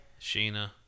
Sheena